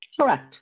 Correct